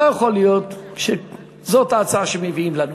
לא יכול להיות שזאת ההצעה שמביאים לנו.